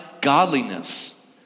godliness